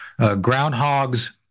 groundhogs